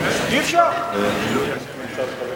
אי-אפשר.